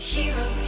Hero